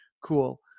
cool